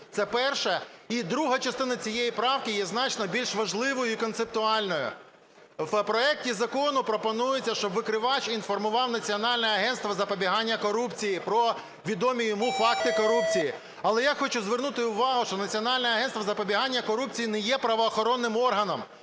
Це перше. І друга частина цієї правки є значно більш важливою і концептуальною. В проекті закону пропонується, щоб викривач інформував Національне агентство із запобігання корупції про відомі йому факти корупції. Але я хочу звернути увагу, що Національне агентство із запобігання корупції не є правоохоронним органом,